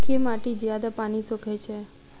केँ माटि जियादा पानि सोखय छै?